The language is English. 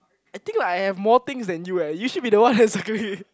I think like I have more things that you eh you should be the one that's circling